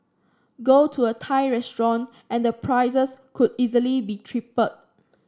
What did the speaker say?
go to a Thai restaurant and the prices could easily be tripled